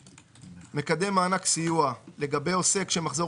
""מקדם מענק סיוע" (1)לגבי עוסק שמחזור